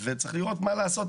וצריך לראות מה לעשות.